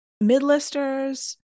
mid-listers